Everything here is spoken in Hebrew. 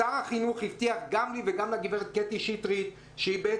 שר החינוך הבטיח גם לי וגם לחברת הכנסת קטי שטרית ששמעה